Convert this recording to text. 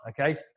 Okay